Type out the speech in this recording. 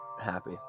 happy